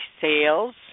Sales